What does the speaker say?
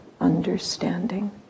understanding